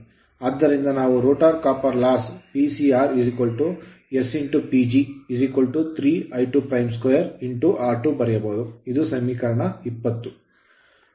ಆದ್ದರಿಂದ ನಾವು rotor copper loss rotor ತಾಮ್ರದ ನಷ್ಟ PCr s PG 3 I22 r2 ಬರೆಯಬಹುದು ಇದು ಸಮೀಕರಣ 20